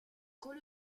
con